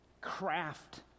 craft